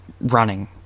running